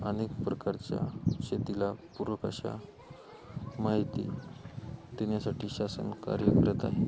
अनेक प्रकारच्या शेतीला पूरक अशा माहिती देण्यासाठी शासन कार्य करत आहे